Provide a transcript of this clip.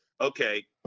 okay